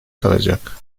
kalacak